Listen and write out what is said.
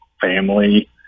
family